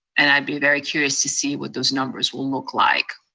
and i'd be very curious to see what those numbers will look like.